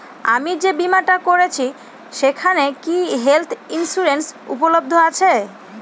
আমি যে বীমাটা করছি সেইখানে কি হেল্থ ইন্সুরেন্স উপলব্ধ আছে?